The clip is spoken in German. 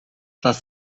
dass